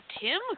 Tim